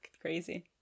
crazy